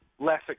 less